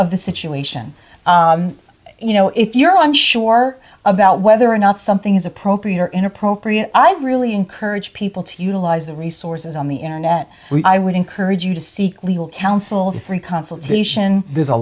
of the situation you know if you're i'm sure about whether or not something is appropriate or inappropriate i really encourage people to utilize the resources on the internet i would encourage you to seek legal counsel the free consultation there's a